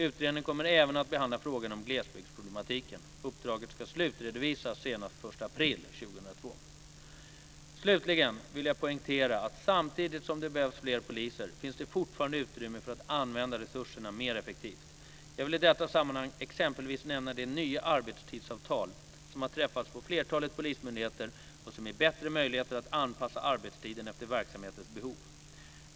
Utredningen kommer även att behandla frågan om glesbygdsproblematiken. Uppdraget ska slutredovisas senast den 1 april 2002. Slutligen vill jag poängtera att samtidigt som det behövs fler poliser finns det fortfarande utrymme för att använda resurserna mer effektivt. Jag vill i detta sammanhang exempelvis nämna de nya arbetstidsavtal som har träffats på flertalet polismyndigheter och som ger bättre möjligheter att anpassa arbetstiden efter verksamhetens behov.